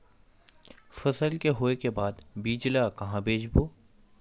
फसल के होय के बाद बीज ला कहां बेचबो?